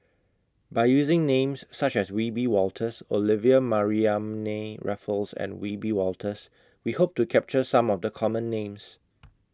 By using Names such as Wiebe Wolters Olivia Mariamne Raffles and Wiebe Wolters We Hope to capture Some of The Common Names